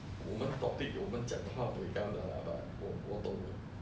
我们 topic 我们讲的话 buay gam 的 lah but 我我懂